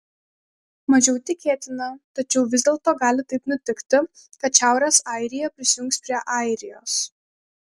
mažiau tikėtina tačiau vis dėlto gali taip nutikti kad šiaurės airija prisijungs prie airijos